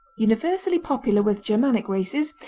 universally popular with germanic races,